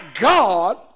God